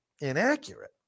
inaccurate